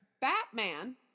Batman